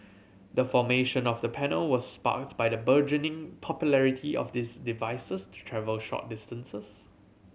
the formation of the panel was sparked by the burgeoning popularity of these devices to travel short distances